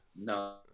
No